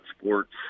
sports